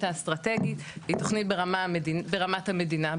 האסטרטגית היא תכנית ברמת המדינה.